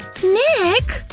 nick!